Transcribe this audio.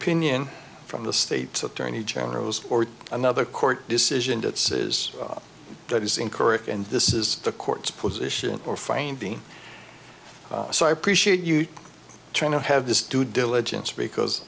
in from the state attorney generals or another court decision that says that is incorrect and this is the court's position or feinstein so i appreciate you trying to have this due diligence because